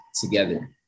together